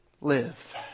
live